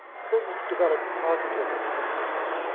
things developed positively in northern ireland,